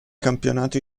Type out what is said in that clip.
campionato